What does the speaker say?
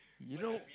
you know